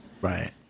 Right